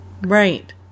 right